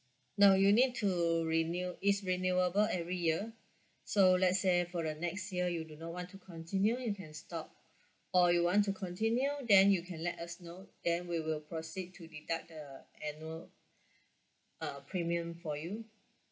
no you need to renew it's renewable every year so let's say for the next year you do not want to continue you can stop or you want to continue then you can let us know then we will proceed to deduct the annual uh premium for you